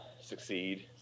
succeed